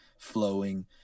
flowing